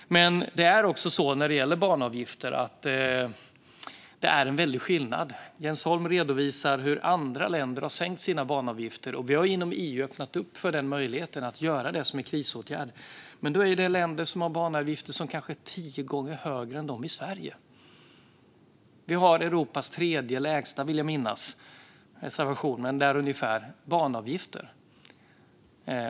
När det gäller banavgifter är det en väldig skillnad. Jens Holm redovisar hur andra länder har sänkt sina banavgifter. Vi har inom EU öppnat upp för möjligheten att göra detta som en krisåtgärd, men då är det länder som har banavgifter som kanske är tio gånger högre än i Sverige. Jag vill minnas att vi har de tredje lägsta banavgifterna i Europa, med reservation för att det är ungefär.